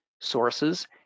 sources